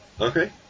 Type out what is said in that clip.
Okay